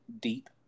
deep